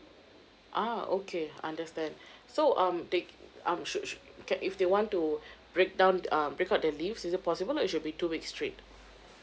ah okay understand so um they um should should can if they want to break down um break out their leaves is it possible or should be two weeks straight